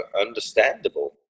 understandable